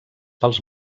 pels